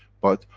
but,